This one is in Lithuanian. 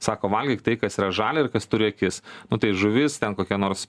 sako valgyk tai kas yra žalia ir kas turi akis nu tai žuvis ten kokie nors